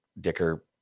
Dicker